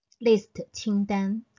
List,清单